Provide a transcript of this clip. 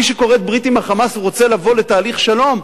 מי שכורת ברית עם ה"חמאס" רוצה לבוא לתהליך שלום?